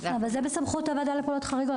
אבל זה בסמכות הוועדה לפעולות חריגות.